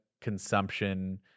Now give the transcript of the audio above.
consumption